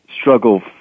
struggle